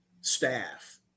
staff